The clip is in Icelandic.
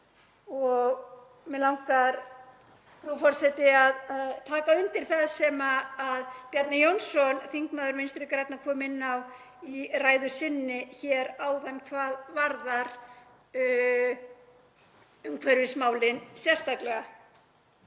Mig langar, frú forseti, að taka undir það sem Bjarni Jónsson, þingmaður Vinstri grænna, kom inn á í ræðu sinni hér áðan hvað varðar umhverfismálin sérstaklega.